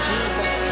Jesus